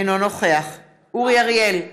אינו נוכח אורי אריאל,